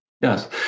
Yes